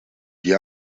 die